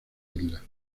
isla